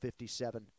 57